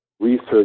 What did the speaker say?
research